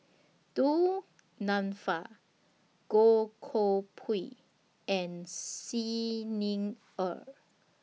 Du Nanfa Goh Koh Pui and Xi Ni Er